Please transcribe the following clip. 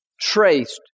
traced